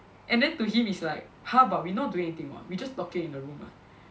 and then to him is like !huh! but we not doing anything [what] we just talking in the room